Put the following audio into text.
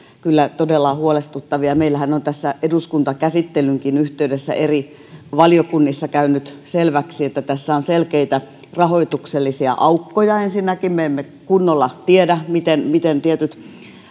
kyllä todella huolestuttavia meillähän on tässä eduskuntakäsittelynkin yhteydessä eri valiokunnissa käynyt selväksi että tässä on ensinnäkin selkeitä rahoituksellisia aukkoja me emme kunnolla tiedä miten tietyt